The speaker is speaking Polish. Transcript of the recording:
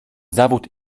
zawód